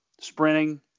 sprinting